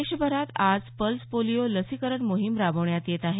देशभरात आज pulse polio लसीकरण मोहीम राबवण्यात येत आहे